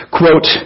quote